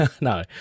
No